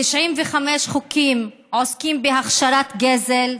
95 חוקים עוסקים בהכשרת גזל,